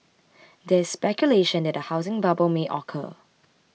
there is speculation that a housing bubble may occur